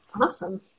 Awesome